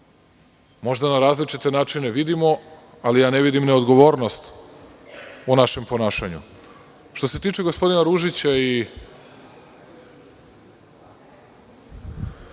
Možda na različite načine vidimo, ali ja ne vidim neodgovornost u našem ponašanju. Što se tiče gospodina Ružića i